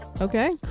Okay